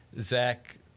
Zach